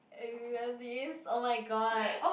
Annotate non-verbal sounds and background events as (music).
(noise) this oh-my-god